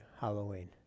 Halloween